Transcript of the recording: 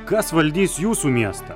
kas valdys jūsų miestą